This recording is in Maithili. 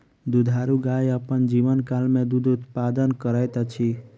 दुधारू गाय अपन जीवनकाल मे दूध उत्पादन करैत अछि